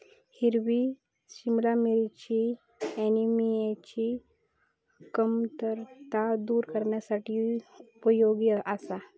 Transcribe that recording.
हिरवी सिमला मिरची ऍनिमियाची कमतरता दूर करण्यासाठी उपयोगी आसा